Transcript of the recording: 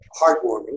heartwarming